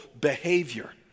behavior